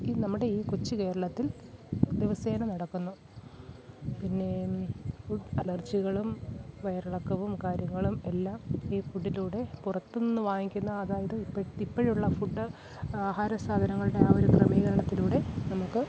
ഈ നമ്മുടെ ഈ കൊച്ചു കേരളത്തിൽ ദിവസേന നടക്കുന്നു പിന്നെ ഫുഡ് അലർജികളും വയറിളക്കവും കാര്യങ്ങളും എല്ലാം ഈ ഫുഡിലൂടെ പുറത്ത് നിന്ന് വാങ്ങിക്കുന്ന അതായത് ഇപ്പഴുള്ള ഫുഡ് ആഹാര സാധനങ്ങളുടെ ആ ഒരു ക്രമീകരണത്തിലൂടെ നമുക്ക്